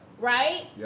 right